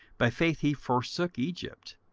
by faith he forsook egypt,